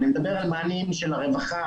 אני מדבר על מענים של הרווחה,